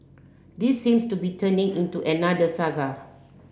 this seems to be turning into another saga